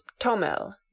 Tomel